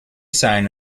sign